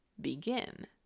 begin